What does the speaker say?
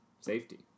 safety